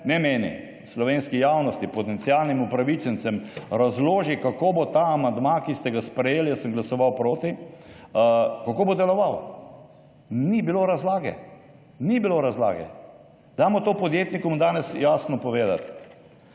ne meni, slovenski javnosti, potencialnim upravičencem razloži, kako bo ta amandma, ki ste ga sprejeli, jaz sem glasoval proti, deloval. Ni bilo razlage, ni bilo razlage. Dajmo to podjetnikom danes jasno povedati